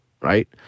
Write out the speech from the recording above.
right